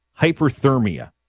hyperthermia